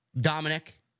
Dominic